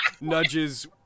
Nudges